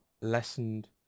lessened